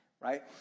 right